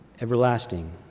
everlasting